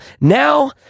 now